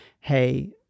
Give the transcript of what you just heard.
hey